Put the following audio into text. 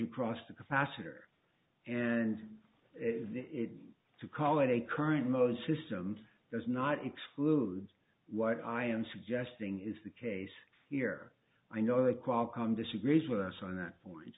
across the capacitor and to call it a current mode system does not exclude what i am suggesting is the case here i know it qualcomm disagrees with us on that